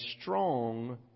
strong